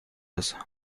ist